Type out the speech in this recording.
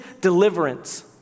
deliverance